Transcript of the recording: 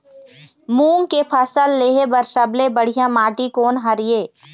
मूंग के फसल लेहे बर सबले बढ़िया माटी कोन हर ये?